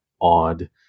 odd